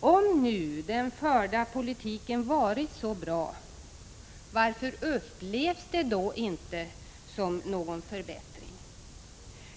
Om den förda politiken nu varit så bra, varför upplevs då ingen förbättring?